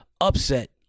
upset